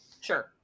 Sure